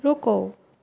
ਰੁਕੋ